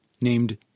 named